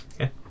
Okay